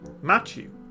Matthew